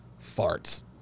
farts